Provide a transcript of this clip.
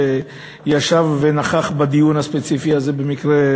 שישב ונכח פה בדיון הספציפי הזה במקרה,